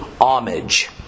homage